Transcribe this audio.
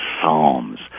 Psalms